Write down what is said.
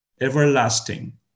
everlasting